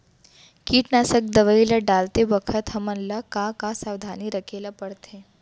कीटनाशक दवई ल डालते बखत हमन ल का का सावधानी रखें ल पड़थे?